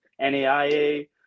NAIA